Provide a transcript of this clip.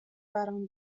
برام